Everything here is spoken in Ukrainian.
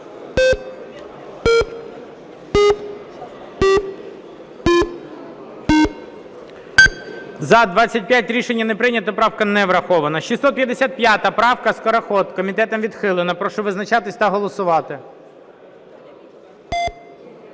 За-25 Рішення не прийнято, правка не врахована. 655 правка, Скороход. Комітетом відхилена. Прошу визначатися та голосувати.